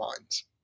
minds